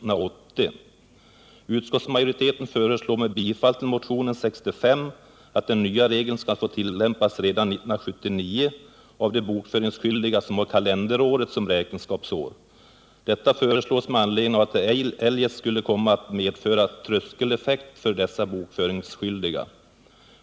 Utskottsmajoriteten föreslår med bifall till motionen 65 att den nya regeln skall få tillämpas redan 1979 av de bokföringsskyldiga som har kalenderåret som räkenskapsår. Detta föreslås med anledning av att det eljest skulle komma att medföra tröskeleffekter för dessa bokföringsskyldiga.